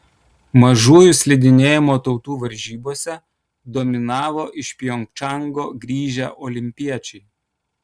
mažųjų slidinėjimo tautų varžybose dominavo iš pjongčango grįžę olimpiečiai